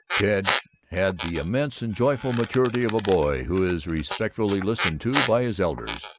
ted had the immense and joyful maturity of a boy who is respectfully listened to by his elders.